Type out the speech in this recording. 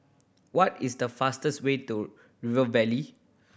what is the fastest way to River Valley